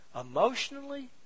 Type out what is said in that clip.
emotionally